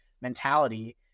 mentality